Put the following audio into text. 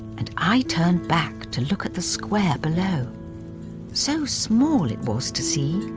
and i turned back to look at the square below so small it was to see.